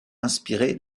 inspiré